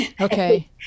okay